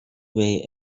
way